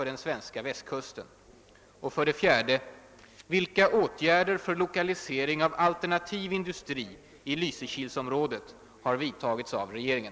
Kommer regeringen att bygga sitt ställningstagande till Brofjordens användning på ett offentligt redovisat och debatterat förslag till fysisk riksplan för den svenska västkusten?